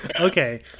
okay